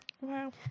wow